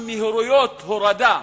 עם מהירויות הורדה,